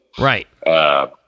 Right